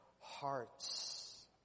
hearts